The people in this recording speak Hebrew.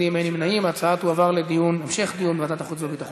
ההצעה להעביר את הנושא לוועדת החוץ והביטחון